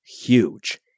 huge